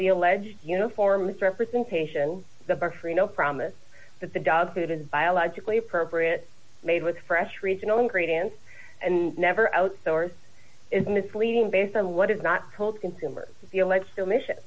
the alleged uniform representation the bar free no promise that the dog food is biologically appropriate made with fresh original ingredients and never outsource is misleading based on what is not told consumers the alleged omission